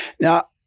Now